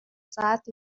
ساعت